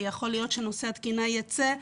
ויכול להיות שנושא התקינה יצא,